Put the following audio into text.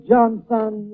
Johnson